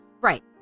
right